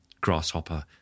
grasshopper